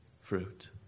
fruit